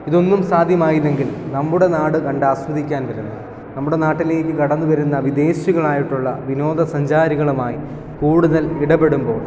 ഇതൊന്നും സാധ്യമായില്ലെങ്കിൽ നമ്മുടെ നാട് കണ്ട് ആസ്വദിക്കാൻ വരുന്ന നമ്മുടെ നാട്ടിലേക്ക് കടന്നു വരുന്ന വിദേശികളായിട്ടുള്ള വിനോദസഞ്ചാരികളുമായി കൂടുതൽ ഇടപെടുമ്പോൾ